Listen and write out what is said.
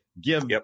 give